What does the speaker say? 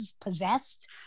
possessed